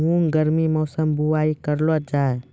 मूंग गर्मी मौसम बुवाई करलो जा?